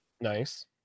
Nice